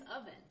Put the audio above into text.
oven